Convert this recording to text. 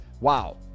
Wow